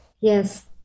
yes